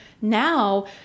now